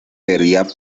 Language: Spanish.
vería